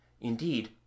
Indeed